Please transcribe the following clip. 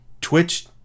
Twitch